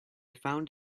found